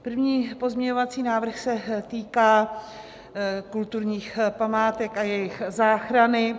První pozměňovací návrh se týká kulturních památek a jejich záchrany.